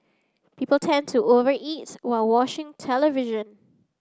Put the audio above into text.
people tend to over eat while watching television